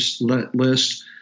list